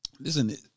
Listen